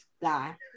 die